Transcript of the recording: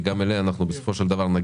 כי גם אליה נגיע בסופו של דבר.